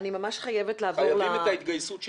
אנחנו חייבים את ההתגייסות שלכם.